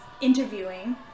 interviewing